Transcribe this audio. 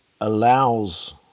allows